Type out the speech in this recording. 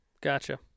Gotcha